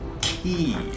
key